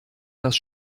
das